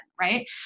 right